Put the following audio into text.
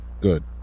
good